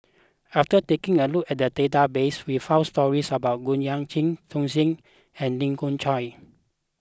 after taking a look at the database we found stories about Goh Yihan Chao Tzee Cheng and Lee Khoon Choy